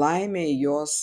laimei jos